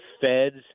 Fed's